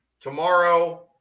Tomorrow